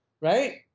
Right